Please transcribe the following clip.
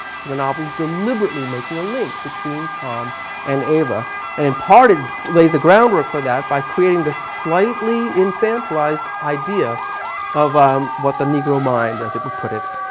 so the novel is deliberately making a link between tom and eva and and parted lays the ground work for that by creating the slightly and tantalized idea of what the negro mind, as it would put it,